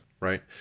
right